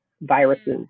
Viruses